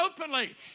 openly